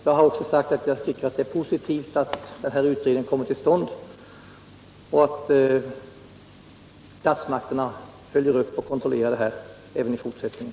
Jag har också sagt att jag tycker att det är positivt att en utredning kommer till stånd och att statsmakterna följer upp och kontrollerar det hela även i fortsättningen.